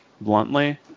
bluntly